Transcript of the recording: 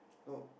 no